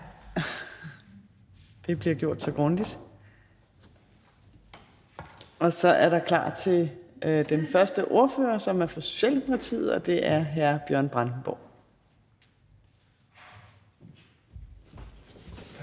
i gang med ordførerrækken. Og så er der gjort klar til den første ordfører, som er fra Socialdemokratiet, og det er hr. Bjørn Brandenborg.